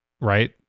right